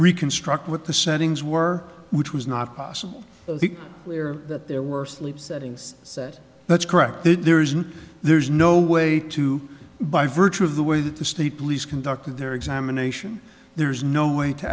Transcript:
reconstruct what the settings were which was not possible clear that there were sleep settings set that's correct there's no there's no way to by virtue of the way that the state police conducted their examination there's no way to